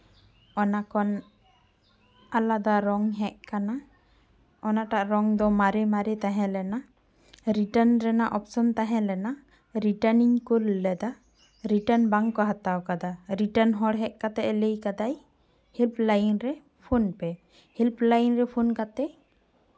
ᱚᱱᱟ ᱠᱷᱚᱱ ᱟᱞᱟᱫᱟ ᱨᱚᱝ ᱦᱮᱡ ᱠᱟᱱᱟ ᱚᱱᱟᱴᱟᱜ ᱨᱚᱝ ᱫᱚ ᱢᱟᱨᱮ ᱢᱟᱨᱮ ᱛᱟᱦᱮᱸ ᱞᱮᱱᱟ ᱨᱤᱴᱟᱨᱱ ᱨᱮᱱᱟᱜ ᱚᱯᱷᱥᱮᱱ ᱛᱟᱦᱮᱸ ᱞᱮᱱᱟ ᱨᱤᱴᱟᱨᱱ ᱤᱧ ᱠᱩᱞ ᱞᱮᱫᱟ ᱨᱤᱴᱟᱨᱱ ᱵᱟᱝ ᱠᱚ ᱦᱟᱛᱟᱣ ᱠᱟᱫᱟ ᱨᱤᱴᱟᱨᱱ ᱦᱚᱲ ᱦᱮᱡ ᱠᱟᱛᱮ ᱞᱟᱹᱭ ᱠᱟᱫᱟᱭ ᱦᱮᱞᱯ ᱞᱟᱭᱤᱱ ᱨᱮ ᱯᱷᱳᱱ ᱯᱮ ᱦᱮᱞᱯ ᱞᱟᱭᱤᱱ ᱨᱮ ᱯᱷᱳᱱ ᱠᱟᱛᱮ